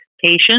patient